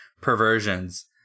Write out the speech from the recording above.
perversions